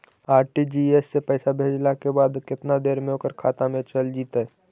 RTGS से पैसा भेजला के बाद केतना देर मे ओकर खाता मे चल जितै?